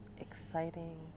exciting